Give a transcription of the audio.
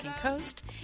coast